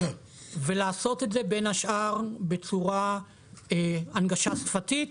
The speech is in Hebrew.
ולעשות את זה בין השאר בצורת הנגשה שפתית,